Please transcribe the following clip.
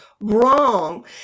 wrong